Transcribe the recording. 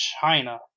China